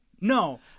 No